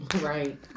Right